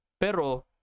pero